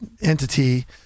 entity